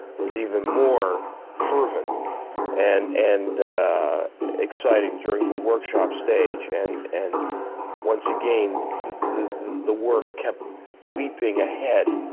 was even more fervent and and exciting during the workshop stage. and and once again, the the work kept leaping ahead.